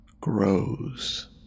Grows